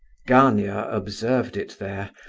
gania observed it there,